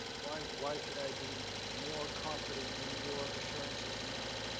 why why should i be more confident in your assurances now?